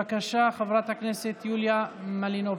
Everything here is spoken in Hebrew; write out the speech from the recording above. בבקשה, חברת הכנסת יוליה מלינובסקי.